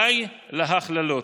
די להכללות.